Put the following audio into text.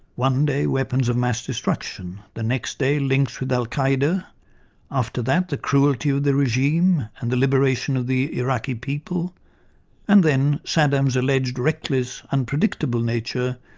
one day, weapons of mass destruction the next day, links with al-qaeda after that, the cruelty of the regime and the liberation of the iraqi people and then saddam's alleged reckless, unpredictable nature,